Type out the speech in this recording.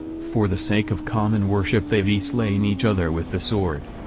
for the sake of common worship they ve slain each other with the sword.